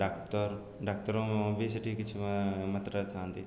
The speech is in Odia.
ଡାକ୍ତର୍ ଡାକ୍ତର୍ ବି ସେଠି କିଛି ମାତ୍ରାରେ ଥାଆନ୍ତି